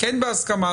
כן בהסכמה,